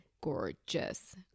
gorgeous